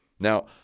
Now